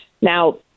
Now